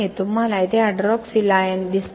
तुम्हाला तेथे hydroxyl ion आहेत